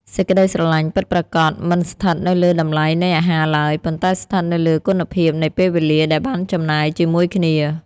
សេចក្ដីស្រឡាញ់ពិតប្រាកដមិនស្ថិតនៅលើតម្លៃនៃអាហារឡើយ ប៉ុន្តែស្ថិតនៅលើគុណភាពនៃពេលវេលដែលបានចំណាយជាមួយគ្នា។